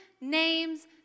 name's